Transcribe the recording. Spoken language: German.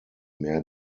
mehr